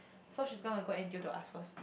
so she's gonna go N_T_U to ask first